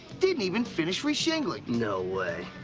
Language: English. didn't even finish re-shingling. no way.